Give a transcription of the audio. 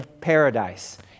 paradise